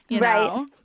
Right